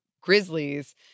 Grizzlies